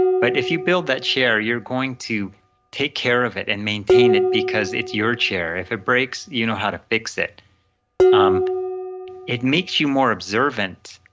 but if you build that chair you're going to take care of it and maintain it because it's your chair. if it breaks, you know how to fix it um it makes you more observant